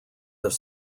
have